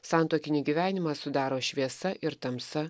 santuokinį gyvenimą sudaro šviesa ir tamsa